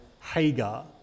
Hagar